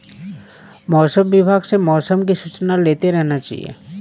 मौसम विभाग से मौसम की सूचना लेते रहना चाहिये?